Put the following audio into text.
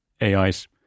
AIs